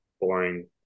boring